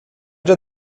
già